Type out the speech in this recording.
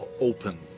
open